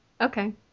Okay